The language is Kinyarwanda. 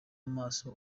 amaso